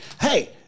hey